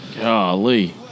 golly